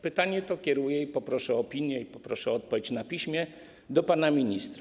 Pytanie to kieruję - poproszę o opinię i poproszę o odpowiedź na piśmie - do pana ministra.